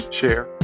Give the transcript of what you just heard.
share